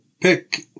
pick